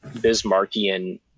Bismarckian